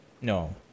No